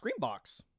Screenbox